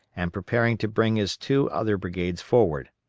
and preparing to bring his two other brigades forward.